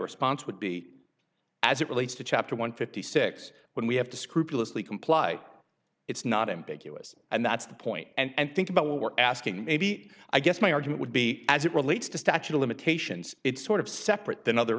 response would be as it relates to chapter one fifty six when we have to scrupulously comply it's not ambiguous and that's the point and think about what we're asking maybe i guess my argument would be as it relates to statute of limitations it's sort of separate than other